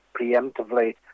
preemptively